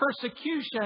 persecution